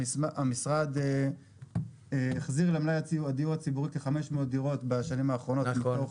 המשרד החזיר למלאי הדיור הציבורי כ-500 דירות בשנים האחרונות מתוך